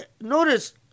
Notice